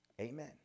Amen